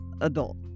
adult